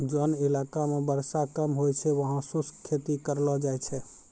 जोन इलाका मॅ वर्षा कम होय छै वहाँ शुष्क खेती करलो जाय छै